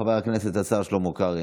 חבר הכנסת השר שלמה קרעי,